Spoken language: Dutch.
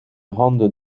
handen